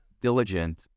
diligent